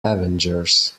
avengers